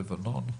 לבנון.